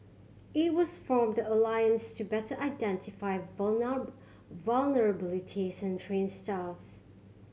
it also formed the alliance to better identify vulnerabilities and train staffs